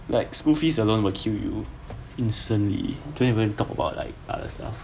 like school fee alone will kill you instantly don't even talk about like other stuff